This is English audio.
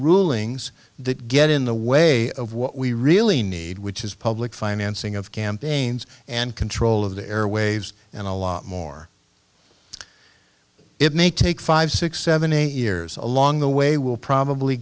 rulings that get in the way of what we really need which is public financing of campaigns and control of the airwaves and a lot more it may take five six seven eight years along the way will probably